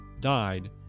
died